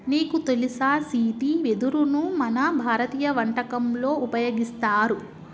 నీకు తెలుసా సీతి వెదరును మన భారతీయ వంటకంలో ఉపయోగిస్తారు